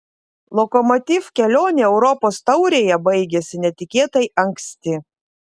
lokomotiv kelionė europos taurėje baigėsi netikėtai anksti